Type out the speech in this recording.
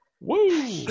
Woo